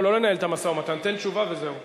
לא, לא לנהל את המשא-ומתן, תן תשובה וזהו.